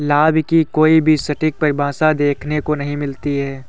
लाभ की कोई भी सटीक परिभाषा देखने को नहीं मिलती है